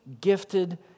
gifted